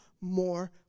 more